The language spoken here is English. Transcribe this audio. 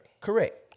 Correct